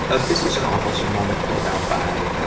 ah, this is an awfulsome moment filled out by, ah,